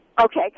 Okay